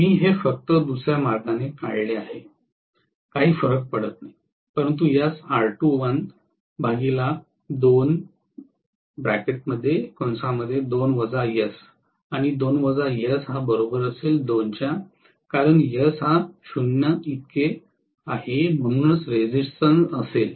मी हे फक्त दुसर्या मार्गाने काढले आहे काही फरक पडत नाही परंतु यास R2l 2 आणि कारण म्हणूनच रेजिस्टन्स असेल